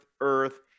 earth